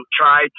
try